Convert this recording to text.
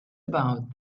about